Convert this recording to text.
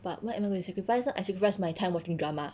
but what I'm I going to sacrifices lah I sacrifice my time watching drama